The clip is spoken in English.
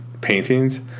paintings